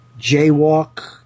jaywalk